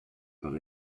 par